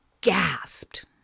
gasped